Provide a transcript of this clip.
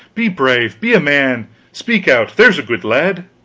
be brave, be a man speak out, there's a good lad!